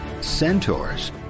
Centaurs